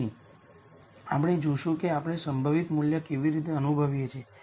તેથી આપણે જોશું કે આપણે સંભવિત મૂલ્ય કેવી રીતે અનુભવીએ છીએ